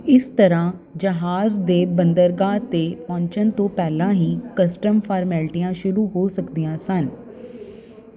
ਇਸ ਤਰ੍ਹਾਂ ਜਹਾਜ਼ ਦੇ ਬੰਦਰਗਾਹ 'ਤੇ ਪਹੁੰਚਣ ਤੋਂ ਪਹਿਲਾਂ ਹੀ ਕਸਟਮ ਫਾਰਮੈਲਿਟੀਆਂ ਸ਼ੁਰੂ ਹੋ ਸਕਦੀਆਂ ਸਨ